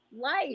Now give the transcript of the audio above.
life